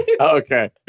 okay